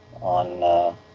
on